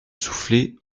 soufflait